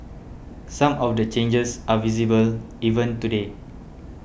some of the changes are visible even today